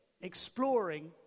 exploring